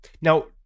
Now